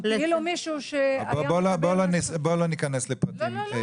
מישהו שהיה --- בואו לא ניכנס לפרטים.